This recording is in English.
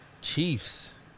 Chiefs